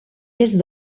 est